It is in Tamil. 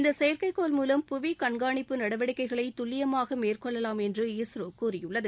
இந்த செயற்கைகோள் மூலம் புவி கண்காணிப்பு நடவடிக்கைகளை துல்லியமாக மேற்கொள்ளலாம் என்று இஸ்ரோ கூறியுள்ளது